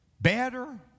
better